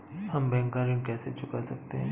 हम बैंक का ऋण कैसे चुका सकते हैं?